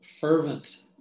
fervent